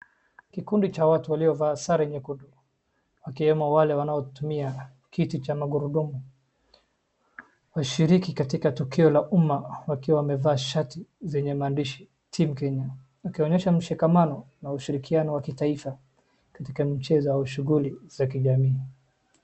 Kikundi cha watu waliovaa sare nyekundu ,wakiwemo wale wanaotumia kiti cha magurudumu. Washiriki katika tokeo la umma wakiwa wamevaa shati zenye maandishi team Kenya, wakionyesha mshikamano na ushirikiano wa kitaifa katika michezo au shughuli za kijamii